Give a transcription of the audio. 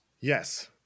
yes